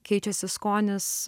keičiasi skonis